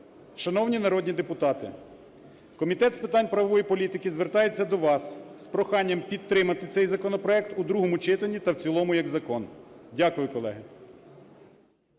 Шановні народні депутати, Комітет з питань правової політики звертається до вас з проханням підтримати цей законопроект у другому читанні та в цілому як закон. Дякую, колеги.